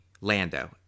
lando